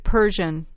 Persian